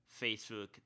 Facebook